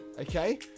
Okay